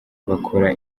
bakora